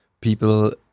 people